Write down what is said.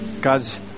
God's